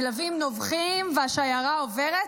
הכלבים נובחים והשיירה עוברת,